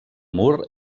mur